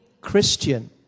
Christian